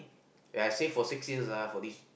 eh I stay for six years ah for this